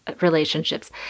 relationships